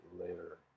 later